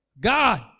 God